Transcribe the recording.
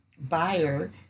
buyer